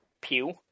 pew